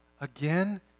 again